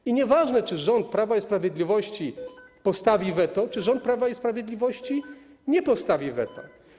I nieważne, czy rząd Prawa i Sprawiedliwości postawi weto, czy rząd Prawa i Sprawiedliwości nie postawi weta.